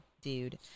dude